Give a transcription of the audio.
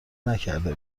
نکرده